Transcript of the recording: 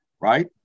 Right